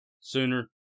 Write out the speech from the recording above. sooner